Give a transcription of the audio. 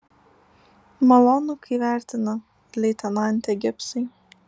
malonu kai vertina leitenante gibsai